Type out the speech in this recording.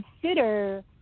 consider